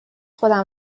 خودم